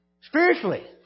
spiritually